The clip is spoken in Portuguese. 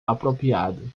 apropriado